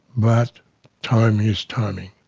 but timing is timing.